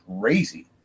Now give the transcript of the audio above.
crazy